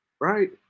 Right